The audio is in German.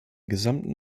gesamten